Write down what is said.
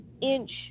inch